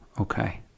Okay